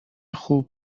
خوب